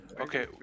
okay